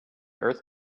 earth